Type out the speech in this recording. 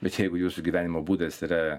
bet jeigu jūsų gyvenimo būdas yra